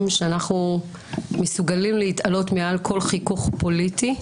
שאנחנו מסוגלים להתעלות מעל כל חיכוך פוליטי,